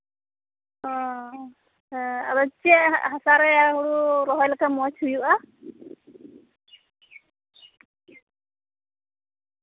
ᱚᱻ ᱦᱮᱸ ᱟᱫᱚ ᱪᱮᱫ ᱦᱟᱥᱟ ᱨᱮ ᱦᱩᱲᱩ ᱨᱚᱦᱚᱭ ᱞᱮᱠᱷᱟᱱ ᱢᱚᱸᱡᱽ ᱦᱩᱭᱩᱜᱼᱟ